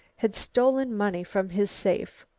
had stolen money from his safe.